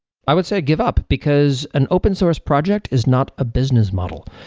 i would say give up, because an open source project is not a business model.